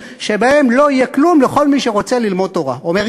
שבהן לא יהיה כלום לכל מי שרוצה ללמוד תורה,